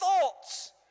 thoughts